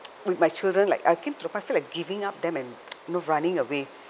with my children like I came to the point I feel like giving up them and you know running away